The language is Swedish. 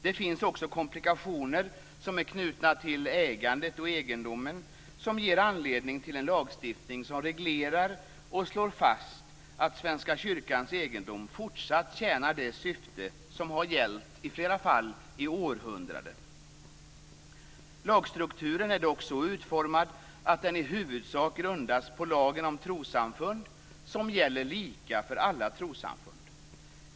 Det finns också komplikationer som är knutna till ägandet och egendomen som ger anledning till en lagstiftning som reglerar och slår fast att Svenska kyrkans egendom fortsatt tjänar det syfte som har gällt, i flera fall, i århundraden. Lagstrukturen är dock så utformad att den i huvudsak grundas på lagen om trossamfund, som gäller lika för alla trossamfund.